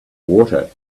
water